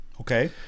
Okay